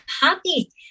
happy